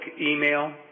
email